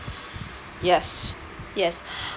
yes yes